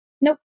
Nope